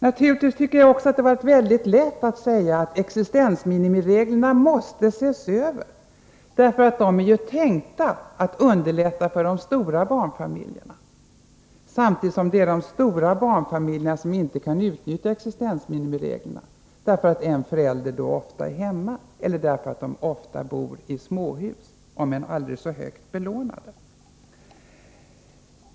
Naturligtvis tycker jag också att det hade varit mycket lätt att säga att existensminimireglerna måste ses över. De är ju tänkta att underlätta för de stora barnfamiljerna, samtidigt som det är de stora barnfamiljerna som inte kan utnyttja existensminimireglerna, därför att en förälder där ofta är hemma eller därför att familjen ofta bor i småhus, om än aldrig så högt belånat.